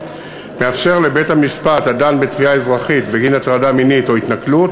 מאפשר לבית-המשפט הדן בתביעה אזרחית בגין הטרדה מינית או התנכלות